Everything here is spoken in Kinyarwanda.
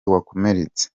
wakomeretse